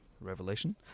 revelation